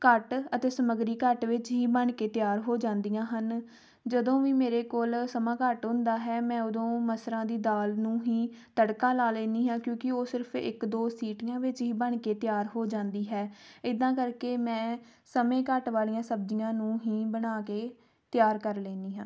ਘੱਟ ਅਤੇ ਸਮੱਗਰੀ ਘੱਟ ਵਿੱਚ ਹੀ ਬਣ ਕੇ ਤਿਆਰ ਹੋ ਜਾਂਦੀਆਂ ਹਨ ਜਦੋਂ ਵੀ ਮੇਰੇ ਕੋਲ ਸਮਾਂ ਘੱਟ ਹੁੰਦਾ ਹੈ ਮੈਂ ਉਦੋਂ ਮਸਰਾਂ ਦੀ ਦਾਲ ਨੂੰ ਹੀ ਤੜਕਾ ਲਾ ਲੈਂਦੀ ਹੈ ਕਿਉਂਕਿ ਉਹ ਸਿਰਫ ਇੱਕ ਦੋ ਸੀਟੀਆਂ ਵਿੱਚ ਹੀ ਬਣ ਕੇ ਤਿਆਰ ਹੋ ਜਾਂਦੀ ਹੈ ਇੱਦਾਂ ਕਰਕੇ ਮੈਂ ਸਮੇਂ ਘੱਟ ਵਾਲੀਆਂ ਸਬਜ਼ੀਆਂ ਨੂੰ ਹੀ ਬਣਾ ਕੇ ਤਿਆਰ ਕਰ ਲੈਂਦੀ ਹਾਂ